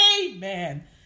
amen